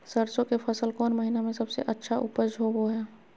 सरसों के फसल कौन महीना में सबसे अच्छा उपज होबो हय?